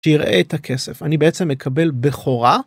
שיראה את הכסף אני בעצם מקבל בכורה.